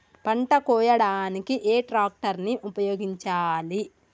పంట కోయడానికి ఏ ట్రాక్టర్ ని ఉపయోగించాలి?